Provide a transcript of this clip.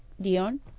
Dion